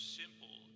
simple